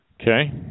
Okay